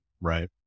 right